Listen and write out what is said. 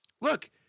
Look